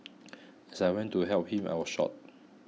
as I went to help him I was shot